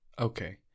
Okay